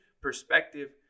perspective